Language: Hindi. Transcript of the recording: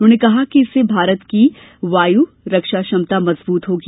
उन्होंने कहा कि इससे भारत की वायु रक्षा क्षमता मजबूत होगी